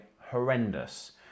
Horrendous